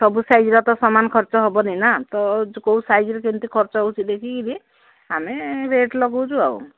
ସବୁ ସାଇଜ୍ର ତ ସମାନ ଖର୍ଚ୍ଚ ହେବନି ନା ତ କୋଉ ସାଇଜ୍ର କେମିତି ଖର୍ଚ୍ଚ ହେଉଛି ଦେଖିକରି ଆମେ ରେଟ୍ ଲଗାଉଛୁ ଆଉ